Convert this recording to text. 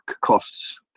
costs